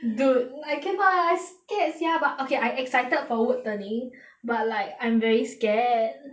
dude I cannot I scared sia but okay I excited for wood turning but like I'm very scared